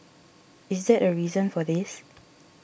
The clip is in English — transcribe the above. is that a reason for this